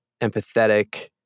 empathetic